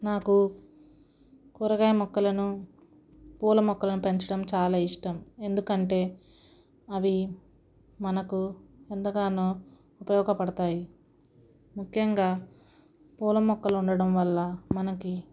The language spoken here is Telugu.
నాకు కూరగాయ మొక్కలను పూలమొక్కలు పెంచడం చాలా ఇష్టం ఎందుకంటే అవి మనకు ఎంతగానో ఉపయోగపడతాయి ముఖ్యంగా పూల మొక్కలు ఉండటం వల్ల మనకి